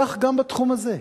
כך גם בתחום הזה.